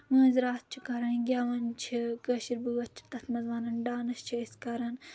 مٲنٛزراتھ چھِ کران گؠون چھِ کٲشِر بٲتھ چھِ تَتھ منٛز وَنان ڈانس چھِ أسۍ کران